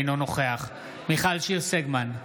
אינו נוכח מיכל שיר סגמן,